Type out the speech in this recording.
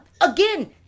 Again